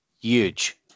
huge